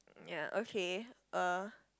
ya okay uh